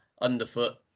underfoot